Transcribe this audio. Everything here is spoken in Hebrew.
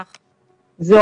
אגב, זו